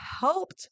helped